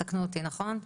תקנו אותי אם אני טועה,